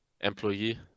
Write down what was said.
employee